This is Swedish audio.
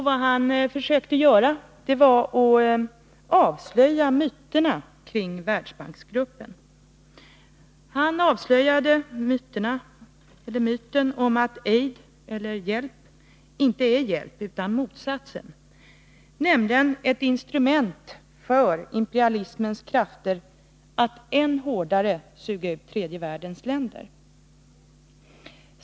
Vad han försökte göra var att avslöja myterna kring Världsbanksgruppen. Han avslöjade myten att ”aid” — hjälp — innebär hjälp och visade att den är motsatsen, ett instrument för imperialismens krafter att än hårdare suga ut tredje världens länder.